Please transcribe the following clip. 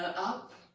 up.